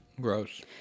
Gross